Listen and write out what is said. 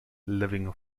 living